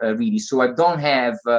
ah really, so i don't have